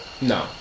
No